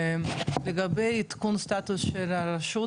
לגבי עדכון סטטוס של הרשות,